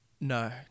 No